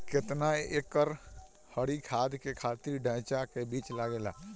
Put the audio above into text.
केतना एक एकड़ हरी खाद के खातिर ढैचा के बीज लागेला?